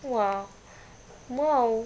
!wah! !wow!